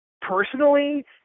personally